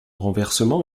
renversement